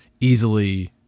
easily